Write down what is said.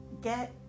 get